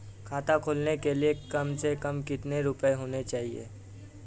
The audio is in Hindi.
खाता खोलने के लिए कम से कम कितना रूपए होने चाहिए?